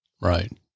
Right